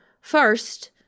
first